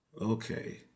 Okay